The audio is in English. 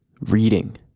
reading